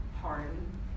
pardon